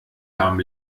darm